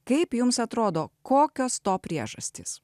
kaip jums atrodo kokios to priežastys